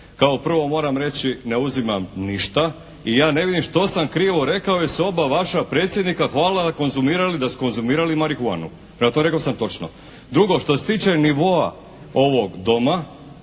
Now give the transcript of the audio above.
Kao prvo, moram reći ne uzimam ništa i ja ne vidim što sam krivo rekao jer su se oba vaša predsjednika hvalila da su konzumirali marihuanu, prema tome rekao sam točno. Drugo, što se tiče nivoa ovog doma